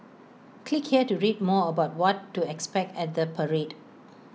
click here to read more about what to expect at the parade